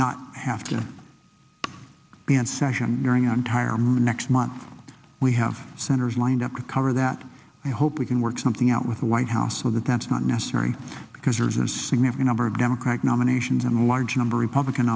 not have to be in session during our entire next month we have senators lined up to cover that i hope we can work something out with the white house so that that's not necessary because there's a significant number of democratic nominations and a large number of public